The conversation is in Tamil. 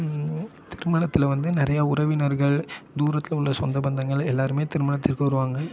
திருமணத்தில் வந்து நிறைய உறவினர்கள் தூரத்தில் உள்ள சொந்த பந்தங்கள் எல்லாேருமே திருமணத்திற்கு வருவாங்க